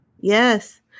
Yes